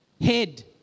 head